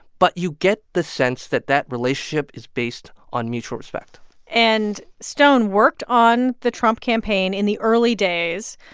but you get the sense that that relationship is based on mutual respect and stone worked on the trump campaign in the early days,